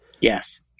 Yes